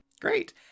Great